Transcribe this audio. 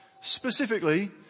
specifically